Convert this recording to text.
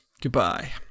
Goodbye